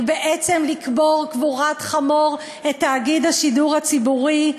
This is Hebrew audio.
בעצם לקבור קבורת חמור את תאגיד השידור הציבורי.